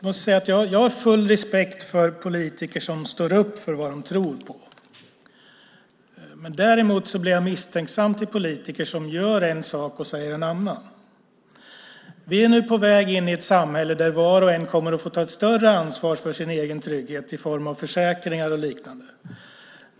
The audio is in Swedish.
Herr talman! Jag har full respekt för politiker som står upp för vad de tror på. Däremot blir jag misstänksam mot politiker som gör en sak och säger en annan. Vi är nu på väg in i ett samhälle där var och en kommer att få ta ett större ansvar för sin egen trygghet i form av försäkringar och liknande.